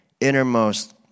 innermost